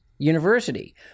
university